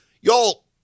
Y'all